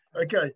Okay